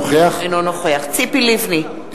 אינו נוכח ציפי לבני,